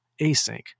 async